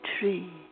tree